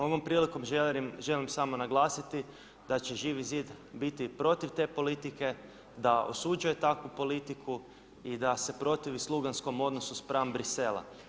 Ovom prilikom želim samo naglasiti da će Živi zid biti protiv te politike, da osuđuje takvu politiku i da se protivi suglanskom odnosu … Bruxellesa.